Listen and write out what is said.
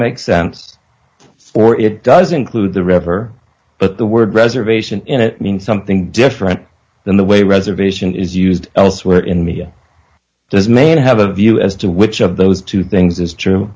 makes sense for it does include the river but the word reservation in it means something different than the way reservation is used elsewhere in media does maine have a view as to which of those two things is true